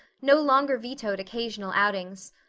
no longer vetoed occasional outings.